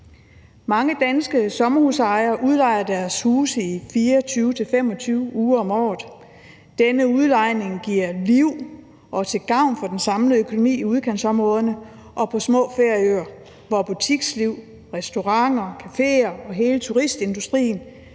Mange danske sommerhusejere udlejer deres huse i 24-25 uger om året. Denne udlejning giver liv og er til gavn for den samlede økonomi i udkantsområderne og på små ferieøer, hvor butiksliv, restauranter og caféer og hele turistindustrien